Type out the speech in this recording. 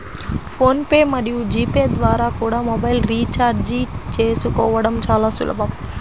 phone pay మరియు G pay ద్వారా కూడా మొబైల్ రీఛార్జి చేసుకోవడం చాలా సులభం